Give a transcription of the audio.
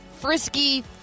frisky